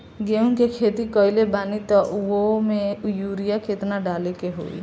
गेहूं के खेती कइले बानी त वो में युरिया केतना डाले के होई?